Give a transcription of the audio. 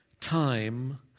time